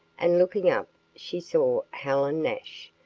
and looking up she saw helen nash,